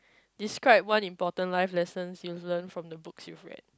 describe one important life lessons you've learnt from the books you've read